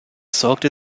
sorgte